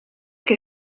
che